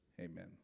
amen